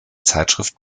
zeitschrift